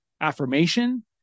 affirmation